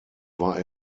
war